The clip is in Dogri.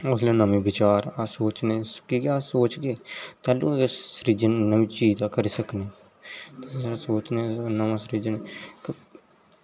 उसले नमें विचार अस सोचने की के अस सोचगे तेल्लू अगर सृजन नमीं चीज दा करी सकने सोचने नमां सृजन